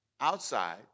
outside